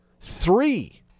three